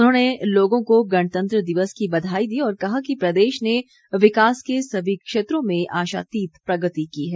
उन्होंने लोगों को गणतंत्र दिवस की बधाई दी और कहा कि प्रदेश ने विकास के सभी क्षेत्रों में आशातीत प्रगति की है